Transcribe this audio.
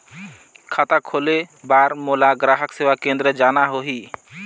खाता खोले बार मोला ग्राहक सेवा केंद्र जाना होही?